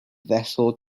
vessel